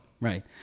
Right